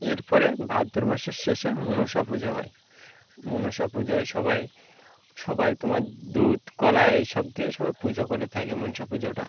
এরপরে ভাদ্র মাসের শেষে মনসা পুজো হয় মনসা পুজোয় সবাই সবাই তোমার দুধ কলা এই সব দিয়ে সবাই পুজো করে থাকে মনসা পুজোটা